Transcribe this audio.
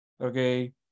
Okay